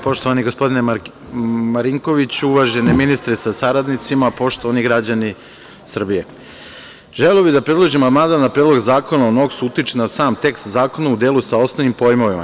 Poštovani gospodine Marinkoviću, uvaženi ministre sa saradnicima, poštovani građani Srbije, želeo bih da predloženi amandman na Predlog zakona o NOKS-u utiče na sam tekst zakona u delu sa osnovnim pojmovima.